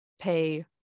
pay